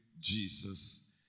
Jesus